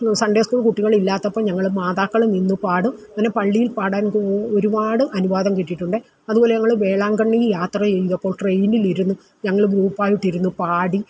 Sunday സ്കൂളിൽ കുട്ടികളില്ലാത്തപ്പോൾ ഞങ്ങൾ മാതാക്കൾ നിന്ന് പാടും അങ്ങനെ പിന്നെ പള്ളിയിൽ പാടാൻ ഒരുപാട് അനുവാദം കിട്ടിയിട്ടുണ്ട് അതുപോലെ ഞങ്ങൾ വേളാങ്കണ്ണിയിൽ യാത്ര ചെയ്യുമ്പോൾ ട്രെയിനിൽ ഇരുന്നും ഞങ്ങൾ ഗ്രൂപ്പായിട്ട് ഇരുന്ന് പാടി